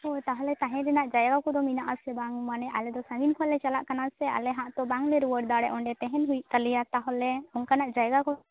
ᱳᱻ ᱛᱟᱦᱚᱞᱮ ᱛᱟᱦᱮᱱ ᱨᱮᱱᱟᱜ ᱡᱟᱭᱜᱟ ᱠᱚ ᱢᱮᱱᱟᱜᱼᱟ ᱥᱮ ᱵᱟᱝ ᱢᱟᱱᱮ ᱟᱞᱮ ᱫᱚ ᱥᱟᱺᱜᱤᱧ ᱠᱷᱚᱭᱞᱮ ᱪᱟᱞᱟᱜ ᱠᱟᱱᱟ ᱥᱮ ᱟᱞᱮᱦᱟᱜ ᱛᱚ ᱵᱟᱝ ᱨᱩᱭᱟᱹᱲ ᱫᱟᱲᱮ ᱚᱸᱰᱮ ᱛᱟᱦᱮᱱ ᱦᱩᱭ ᱛᱟᱞᱮᱭᱟ ᱛᱟᱦᱚᱞᱮ ᱚᱱᱠᱟᱱᱟ ᱡᱟᱭᱜᱟ ᱠᱚ